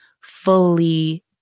fully